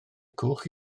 cwch